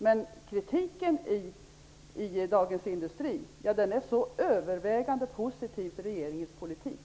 Men kritiken i Dagens Industri är övervägande positiv vad gäller regeringens politik.